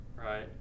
right